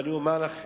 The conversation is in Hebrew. אני אומר לכם,